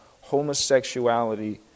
homosexuality